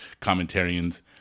commentarians